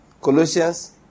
Colossians